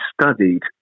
studied